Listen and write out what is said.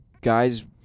Guys